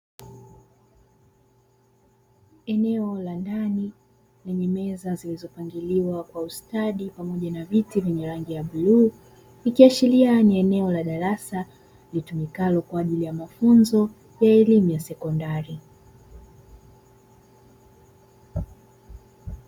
Eneo la ndani lenye meza zilizopangiliwa kwa ustadi pamoja na viti vyenye rangi ya bluu, ikiashiria ni eneo la darasa litumikalo kwa ajili ya mafunzo ya elimu ya sekondari.